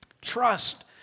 Trust